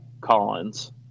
Collins